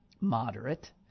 moderate